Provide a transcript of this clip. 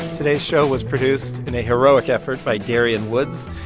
today's show was produced in a heroic effort by darian woods.